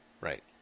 Right